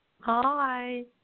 Hi